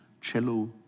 cello